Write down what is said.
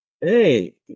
Hey